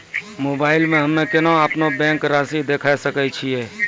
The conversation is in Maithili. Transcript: मोबाइल मे हम्मय केना अपनो बैंक रासि देखय सकय छियै?